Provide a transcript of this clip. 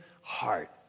heart